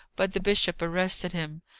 but the bishop arrested him.